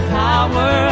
power